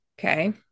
Okay